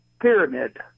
pyramid